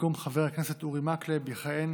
במקום חבר הכנסת אורי מקלב, יכהן